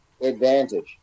advantage